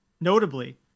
notably